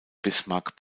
bismarck